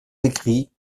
écrits